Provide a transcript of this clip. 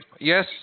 Yes